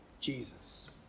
Jesus